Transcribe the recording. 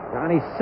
Johnny